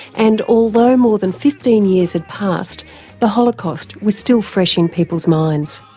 and although more than fifteen years had passed the holocaust was still fresh in people's minds.